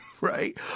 Right